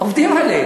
עובדים עליהם.